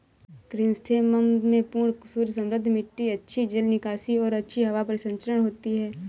chrysanthemum में पूर्ण सूर्य समृद्ध मिट्टी अच्छी जल निकासी और अच्छी हवा परिसंचरण होती है